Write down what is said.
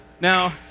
now